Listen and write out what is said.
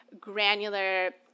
Granular